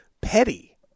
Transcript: petty